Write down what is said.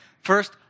First